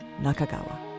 Nakagawa